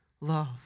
love